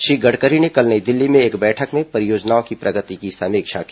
श्री गडकरी ने कल नई दिल्ली में एक बैठक में परियोजनाओ की प्रगति की समीक्षा की